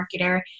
marketer